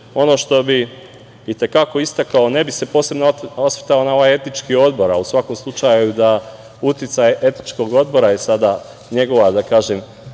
ono što bi i te kako istakao, ne bih se posebno osvrtao na ovaj etički odbor, ali u svakom slučaju uticaj etičkog odbora… Njegova fiksna, da kažem,